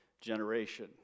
generation